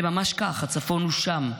זה ממש כך, הצפון הוא שם,